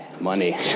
money